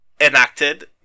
enacted